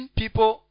people